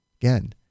Again